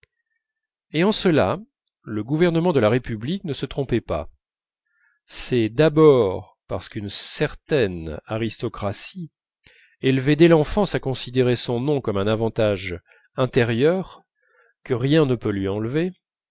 et en cela le gouvernement de la république ne se trompait pas c'est d'abord parce qu'une certaine aristocratie élevée dès l'enfance à considérer son nom comme un avantage intérieur que rien ne peut lui enlever